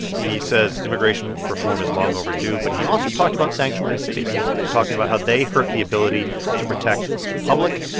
he says immigration reform is long overdue. but he also talked about sanctuary cities and talking about how they hurt the ability to protect the public.